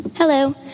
Hello